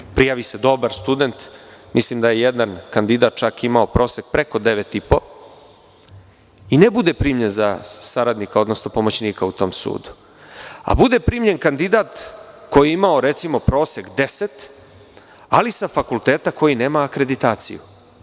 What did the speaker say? Dakle, prijavi se dobar student, mislim da je jedan kandidat čak imao prosek preko 9,50 , i ne bude primljen za saradnika, odnosno pomoćnika u tom sudu, a bude primljen kandidat koji je imao, recimo, prosek 10, ali sa fakulteta koji nema akreditaciju.